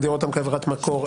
להגדיר אותם כעבירת מקור?